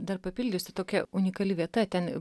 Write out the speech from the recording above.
dar papildysiu tokia unikali vieta ten